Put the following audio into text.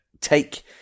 take